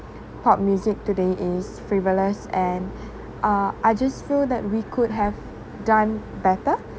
pop music today is frivolous and uh I just feel that we could have done better